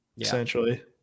essentially